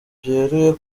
byeruye